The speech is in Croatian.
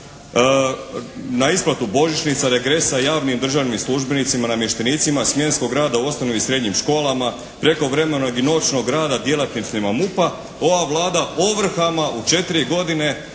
na isplatu božićnica, regresa javnim državnim službenicima, namještenicima, smjenskog rada u osnovnim i srednjim školama, prekovremenog i noćnog rada djelatnicima MUP-a ova Vlada ovrhama u 4 godine